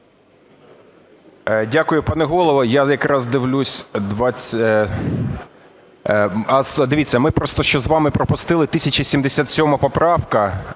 Дякую, пане Голово. Я якраз дивлюся... А, дивіться, ми просто ще з вами пропустили 1077 поправка,